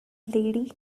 lady